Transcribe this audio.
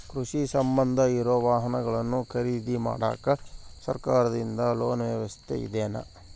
ಕೃಷಿಗೆ ಸಂಬಂಧ ಇರೊ ವಾಹನಗಳನ್ನು ಖರೇದಿ ಮಾಡಾಕ ಸರಕಾರದಿಂದ ಲೋನ್ ವ್ಯವಸ್ಥೆ ಇದೆನಾ?